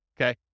okay